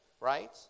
right